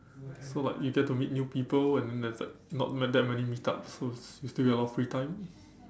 so like you get to meet new people and then there's like not that many meetups so you still get a lot of free time